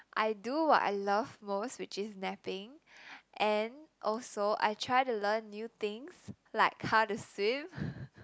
I do what I love most which is napping and also I try to learn new things like how to swim